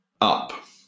up